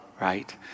right